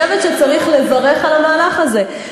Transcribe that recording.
ואני חושבת שצריך לברך על המהלך הזה.